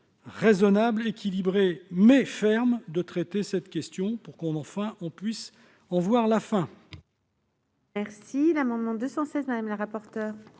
raisonnable, équilibrée, mais ferme de traiter cette question afin que nous puissions enfin en voir la fin.